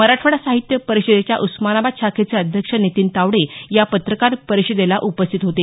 मराठवाडा साहित्य परिषदेच्या उस्मानाबाद शाखेचे अध्यक्ष नितीन तावडे या पत्रकार परिषदेला उपस्थित होते